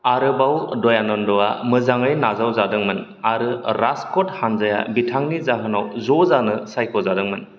आरोबाव दयानन्दआ मोजाङै नाजाव जादोंमोन आरो राजकोट हानजाया बिथांनि जाहोनाव ज' जानो सायख'जादोंमोन